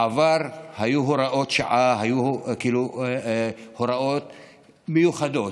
בעבר היו הוראות שעה, היו הוראות מיוחדות,